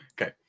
okay